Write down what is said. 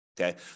Okay